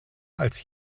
als